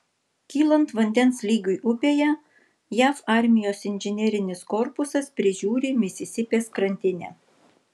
kylant vandens lygiui upėje jav armijos inžinerinis korpusas prižiūri misisipės krantinę